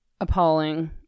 appalling